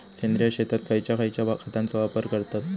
सेंद्रिय शेतात खयच्या खयच्या खतांचो वापर करतत?